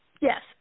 yes